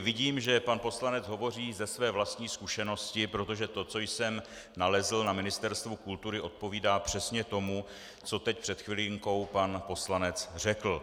Vidím, že pan poslanec hovoří ze své vlastní zkušenosti, protože to, co jsem nalezl na Ministerstvu kultury, odpovídá přesně tomu, co teď před chvilinkou pan poslanec řekl.